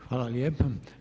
Hvala lijepa.